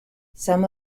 some